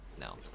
no